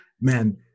man